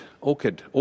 orchid